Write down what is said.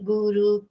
Guru